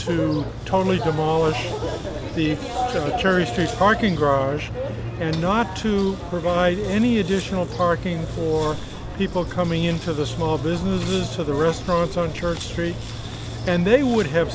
look totally demolish the church street parking garage and not to provide any additional parking for people coming into the small businesses to the restaurants on church street and they would have